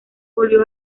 volvió